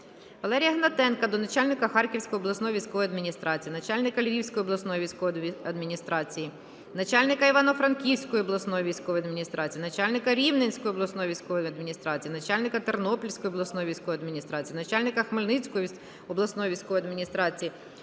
Валерія Гнатенка до начальника Харківської обласної військової адміністрації, начальника Львівської обласної військової адміністрації, начальника Івано-Франківської обласної військової адміністрації, начальника Рівненської обласної військової адміністрації, начальника Тернопільської обласної військової адміністрації, начальника Хмельницької обласної військової адміністрації